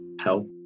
help